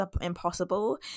impossible